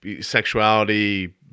sexuality